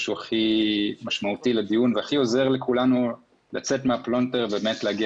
שהוא המשמעותי ביותר לדיון ועוזר לכולנו לצאת מהפלונטר ולהגיע